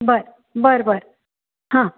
बरं बरं बरं हां